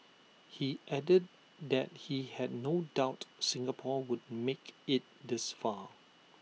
he added that he had no doubt Singapore would make IT this far